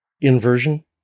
Inversion